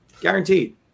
Guaranteed